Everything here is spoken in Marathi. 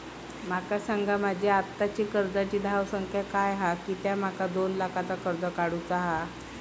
माका सांगा माझी आत्ताची कर्जाची धावसंख्या काय हा कित्या माका दोन लाखाचा कर्ज काढू चा हा?